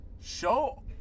show